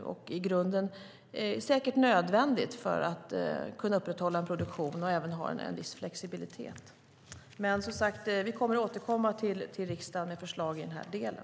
Det är i grunden säkert nödvändigt för att kunna upprätthålla en produktion och även ha en viss flexibilitet. Vi kommer som sagt att återkomma till riksdagen med förslag i den här delen.